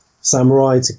samurai